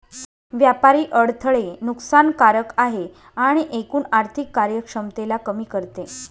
व्यापारी अडथळे नुकसान कारक आहे आणि एकूण आर्थिक कार्यक्षमतेला कमी करते